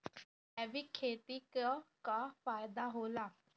जैविक खेती क का फायदा होला?